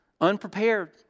unprepared